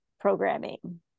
programming